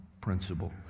principle